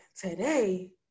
today